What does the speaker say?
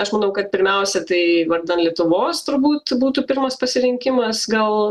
aš manau kad pirmiausia tai vardan lietuvos turbūt būtų pirmas pasirinkimas gal